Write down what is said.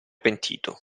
pentito